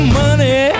money